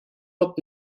wird